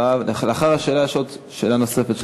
לאחר השאלה יש עוד שאלה נוספת,